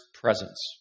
presence